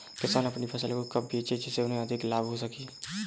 किसान अपनी फसल को कब बेचे जिसे उन्हें अधिक लाभ हो सके?